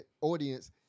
audience